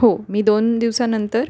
हो मी दोन दिवसानंतर